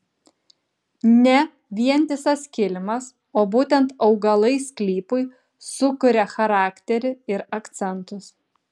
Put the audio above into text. ne vientisas kilimas o būtent augalai sklypui sukuria charakterį ir akcentus